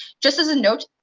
just as a note,